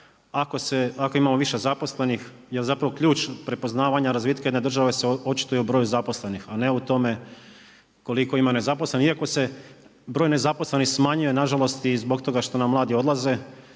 ako imamo više zaposlenih je zapravo ključ prepoznavanja razvitka jedne države se očituje u broju zaposlenih, a ne u tome koliko ima nezaposlenih iako se broj zaposlenih smanjuje na žalost i zbog toga što nam mladi odlaze,